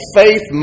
faith